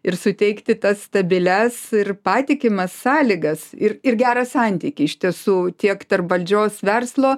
ir suteikti tas stabilias ir patikimas sąlygas ir ir gerą santykį iš tiesų tiek tarp valdžios verslo